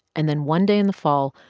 and then one day in the fall,